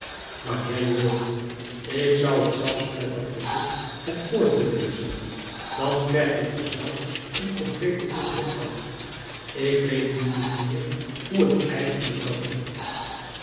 wanneer je wilt ik zoû het zelfs prettig vinden het voor te lezen dan krijg ik er zelf een compleeten indruk van ik weet nu niet meer hoe het eigenlijk wel klinkt